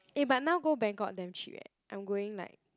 eh but now go Bangkok damn cheap eh I'm going like